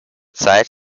zeit